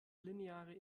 lineare